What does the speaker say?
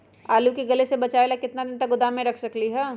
आलू के गले से बचाबे ला कितना दिन तक गोदाम में रख सकली ह?